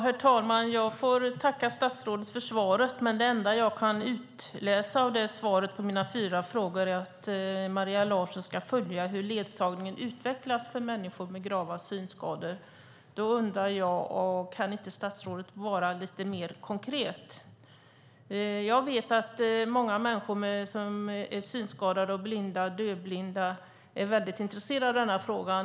Herr talman! Jag får tacka statsrådet för svaret. Men det enda som jag kan utläsa av svaret på mina fyra frågor är att Maria Larsson ska följa hur ledsagningen utvecklas för människor med grava synskador. Då undrar jag om statsrådet inte kan vara lite mer konkret. Jag vet att många människor som är synskadade, blinda eller dövblinda är väldigt intresserade av den här frågan.